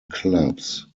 clubs